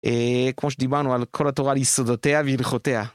כמו שדיברנו על כל התורה ליסודותיה והלכותיה.